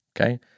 okay